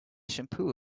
shampoo